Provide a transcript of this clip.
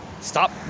stop